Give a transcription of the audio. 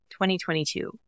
2022